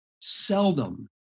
seldom